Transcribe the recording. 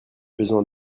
besoin